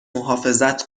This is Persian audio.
محافظت